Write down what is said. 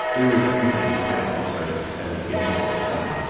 irrefutable case of, say, telekinesis, you know,